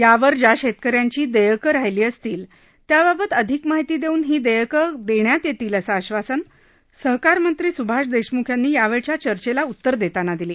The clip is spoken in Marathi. यावर ज्या शेतक यांची देयक राहिली असतील त्याबाबत अधिक माहिती घेऊन ही देयकं देण्यात येतील असं आश्वासन सहकारमंत्री सुभाष देशमुख यांनी यावेळच्या चर्चेला उत्तर देताना दिली